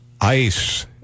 ice